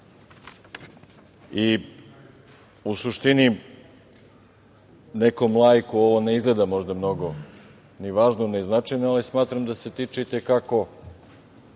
suštini, nekom laiku ovo ne izgleda možda mnogo ni važno, ni značajno, ali smatram da se tiče i te kako